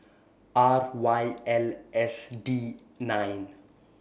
R Y L S D nine